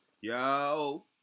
Yo